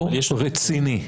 לא רציני.